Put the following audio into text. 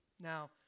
Now